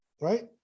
right